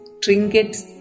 trinkets